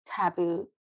taboo